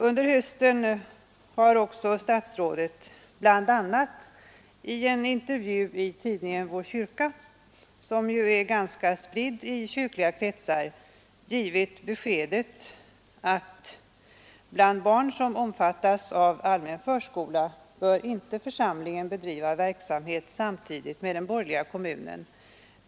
Under hösten har också statsrådet bl.a. i en intervju i tidningen Vår Kyrka, som ju är ganska spridd i kyrkliga kretsar, givit beskedet: ”Bland barn som omfattas av allmän förskola bör inte församlingen bedriva verksamhet samtidigt med den borgerliga kommunen.